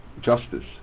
justice